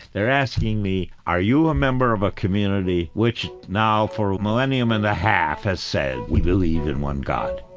they're asking me, are you a member of a community which now, for a millennium and a half, has said, we believe in one god?